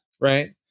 Right